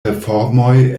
reformoj